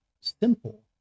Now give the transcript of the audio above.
simple